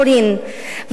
לבני-חורין,